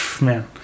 Man